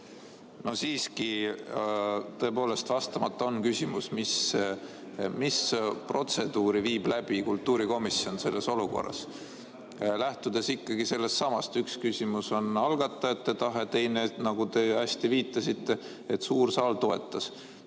No siiski, tõepoolest vastamata on küsimus, mis protseduuri viib läbi kultuurikomisjon selles olukorras. Ma lähtun ikkagi sellestsamast, et üks küsimus on algatajate tahe, teine, nagu te viitasite, see, et suur saal toetas.